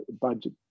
budget